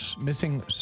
missing